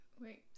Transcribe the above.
Wait